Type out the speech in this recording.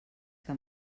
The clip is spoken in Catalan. que